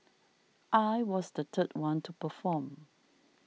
I was the third one to perform